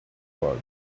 club